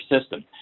system